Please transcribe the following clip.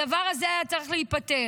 הדבר הזה היה צריך להיפתר.